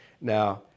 Now